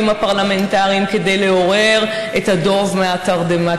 הפרלמנטריים כדי לעורר את הדוב מהתרדמה,